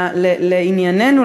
לעניינו,